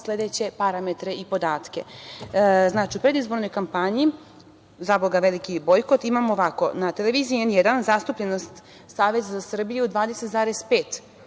sledeće parametre i podatke.U predizbornoj kampanji, zaboga, veliki bojkot, imamo ovako: na televiziji N1 zastupljenost Saveza za Srbiju 20,5%,